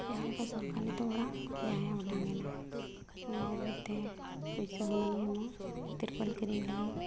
ᱡᱟᱦᱟᱸ ᱞᱮᱠᱟ ᱥᱚᱨᱠᱟᱨ ᱱᱤᱛᱳᱜ ᱚᱲᱟᱜ ᱡᱟᱦᱟᱸᱭᱟᱜ ᱚᱴᱟᱝ ᱮᱱᱟ ᱩᱱᱤ ᱞᱟᱹᱜᱤᱫᱛᱮ ᱯᱚᱭᱥᱟ ᱦᱩᱱᱟᱹᱝ ᱮ ᱮᱢᱚᱜᱼᱟ ᱛᱤᱨᱯᱚᱞ ᱠᱤᱨᱤᱧ ᱞᱟᱹᱜᱤᱫ